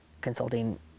Consulting